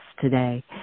today